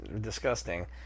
disgusting